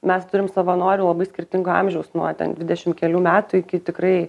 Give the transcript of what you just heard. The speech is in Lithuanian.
mes turim savanorių labai skirtingo amžiaus nuo ten dvidešim kelių metų iki tikrai